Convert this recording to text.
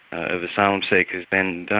of asylum seekers, then